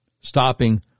stopping